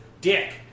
dick